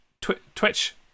Twitch